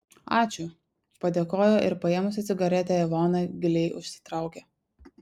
ačiū padėkojo ir paėmusi cigaretę ivona giliai užsitraukė